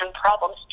problems